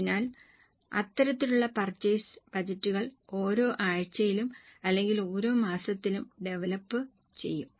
അതിനാൽ അത്തരത്തിലുള്ള പർച്ചേസ് ബജറ്റുകൾ ഓരോ ആഴ്ചയിലും അല്ലെങ്കിൽ ഓരോ മാസത്തിലും ഡെവലപ്പ് ചെയ്യും